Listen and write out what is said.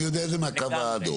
אני יודע את זה מהקו האדום.